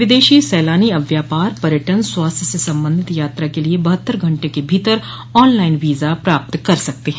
विदेशी सैलानी अब व्यापार पर्यटन स्वास्थ्य से संबंधित यात्रा के लिये बहत्तर घंटे के भीतर ऑन लाइन वीजा प्राप्त कर सकते हैं